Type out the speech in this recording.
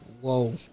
Whoa